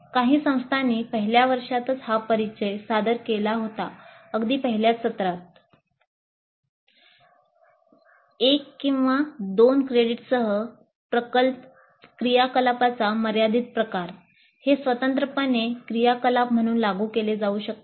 काही संस्थांनी पहिल्या वर्षातच हा परिचय सादर केला होता अगदी पहिल्याच सत्रात